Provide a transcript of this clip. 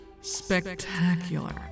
Spectacular